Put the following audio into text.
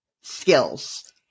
skills